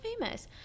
famous